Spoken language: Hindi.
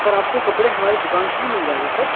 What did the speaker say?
सर आपको कपड़े हमारे दुकान से ही मिल जाएगा सर